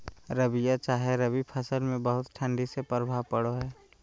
रबिया चाहे रवि फसल में बहुत ठंडी से की प्रभाव पड़ो है?